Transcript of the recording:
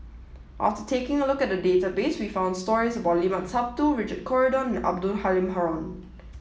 after taking a look at the database we found stories about Limat Sabtu Richard Corridon and Abdul Halim Haron